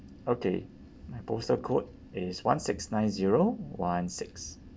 okay my postal code is one six nine zero one six